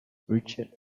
richard